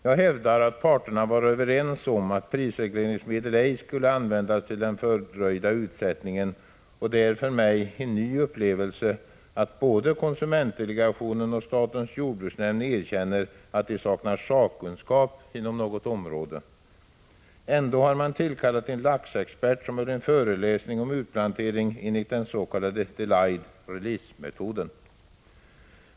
Jag hävdar att parterna var överens om att prisregleringsmedel ej skulle användas till den fördröjda utsättningen, och det är för mig en ny upplevelse att både konsumentdelegationen och statens jordbruksnämnd erkänner att de saknar sakkunskap inom något område. Ändå hade man tillkallat en laxexpert som höll en föreläsning om utplantering enligt den s.k. delayed release-metoden.